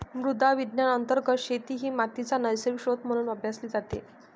मृदा विज्ञान अंतर्गत शेती ही मातीचा नैसर्गिक स्त्रोत म्हणून अभ्यासली जाते